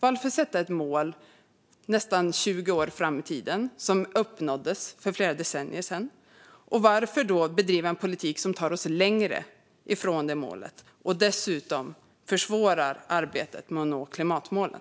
Varför sätter ni ett mål nästan 20 år fram i tiden som uppnåddes för flera decennier sedan? Och varför bedriver ni en politik som tar oss längre från detta mål och som dessutom försvårar arbetet med att nå klimatmålen?